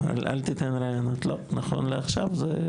אל תיתן רעיונות, לא, נכון לעכשיו זה.